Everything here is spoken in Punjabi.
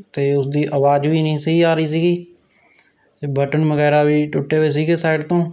ਅਤੇ ਉਸਦੀ ਅਵਾਜ਼ ਵੀ ਨਹੀਂ ਸਹੀ ਆ ਰਹੀ ਸੀਗੀ ਬਟਨ ਵਗੈਰਾ ਵੀ ਟੁੱਟੇ ਹੋਏ ਸੀਗੇ ਸਾਈਡ ਤੋਂ